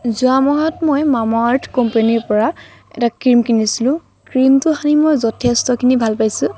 যোৱা মাহত মই মামাআৰ্থ কোম্পেনিৰ পৰা এটা ক্ৰীম কিনিছিলোঁ ক্ৰীমটো সানি মই যথেষ্টখিনি ভাল পাইছোঁ